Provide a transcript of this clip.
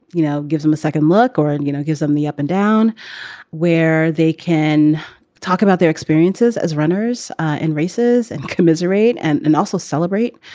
you know, gives them a second look or, you know, gives them the up and down where they can talk about their experiences as runners and races and commiserate and and also celebrate.